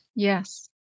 Yes